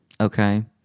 okay